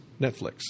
Netflix